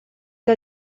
que